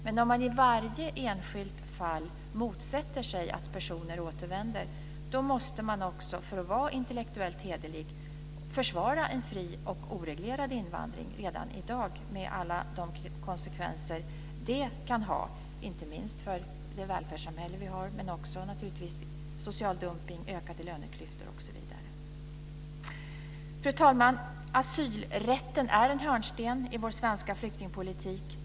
Men om man i varje enskilt fall motsätter sig att personer återvänder måste man också, för att vara intellektuellt hederlig, försvara en fri och oreglerad invandring redan i dag, med alla de konsekvenser det kan ha inte minst för det välfärdssamhälle vi har men också naturligtvis vad gäller social dumpning, ökade löneklyftor osv. Fru talman! Asylrätten är en hörnsten i vår svenska flyktingpolitik.